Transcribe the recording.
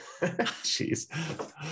jeez